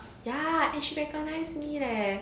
ya and she recognize me leh